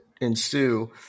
ensue